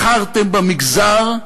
בחרתם במגזר,